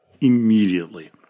immediately